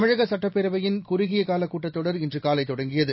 தமிழக சுட்டப்பேரவையின் குறுகிய கால கூட்டத்தொடர் இன்று காலை தொடங்கியது